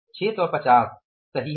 650 सही है